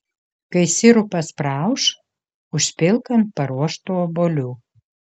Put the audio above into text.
kai sirupas praauš užpilk ant paruoštų obuolių